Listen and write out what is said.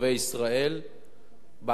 בהגדרה.